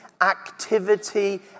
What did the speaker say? activity